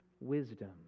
wisdom